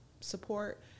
support